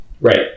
Right